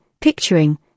picturing